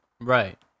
Right